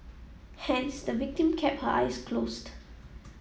hence the victim kept her eyes closed